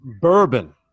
Bourbon